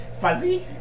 Fuzzy